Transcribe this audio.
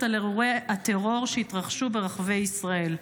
על אירועי הטרור שהתרחשו ברחבי ישראל,